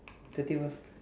thirty for